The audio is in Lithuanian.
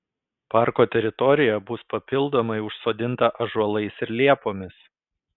parko teritorija bus papildomai užsodinta ąžuolais ir liepomis